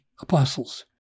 apostles